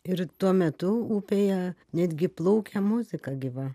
ir tuo metu upėje netgi plaukia muzika gyva